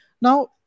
Now